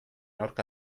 aurka